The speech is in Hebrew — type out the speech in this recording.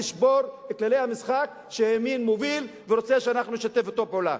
לשבור את כללי המשחק שהימין מוביל ורוצה שאנחנו נשתף אתו פעולה.